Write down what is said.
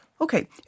Okay